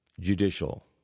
judicial